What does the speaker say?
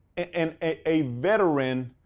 and a veteran,